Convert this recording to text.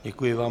Děkuji vám.